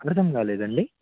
అర్థం కాలేదు అండి